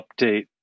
update